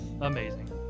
amazing